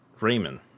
Raymond